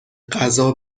غذا